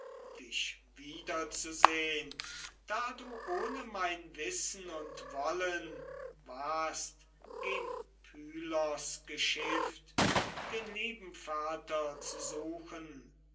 dich wiederzusehn da du ohne mein wissen und wollen warst gen pylos geschifft den lieben vater zu suchen